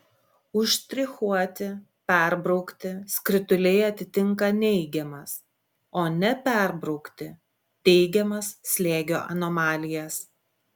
užštrichuoti perbraukti skrituliai atitinka neigiamas o neperbraukti teigiamas slėgio anomalijas